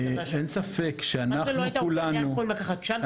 אנחנו יכולים לקחת צ'אנס עם זה?